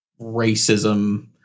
racism